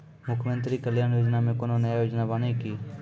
मुख्यमंत्री कल्याण योजना मे कोनो नया योजना बानी की?